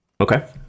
Okay